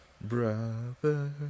Brother